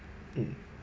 mm